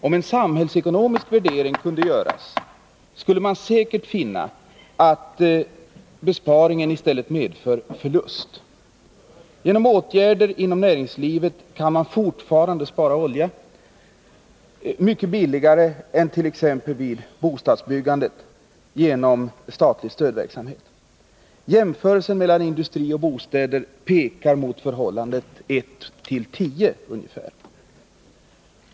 Om en samhällsekonomisk värdering skulle göras, skulle man säkert finna att denna besparing i stället medför förlust. Med hjälp av statlig stödverksamhet kan man inom näringslivet fortfarande få åtgärder som sparar olja mycket billigare än inom t.ex. bostadsbyggandet. Jämförelsen mellan industri och bostäder pekar mot förhållandet ett till tio.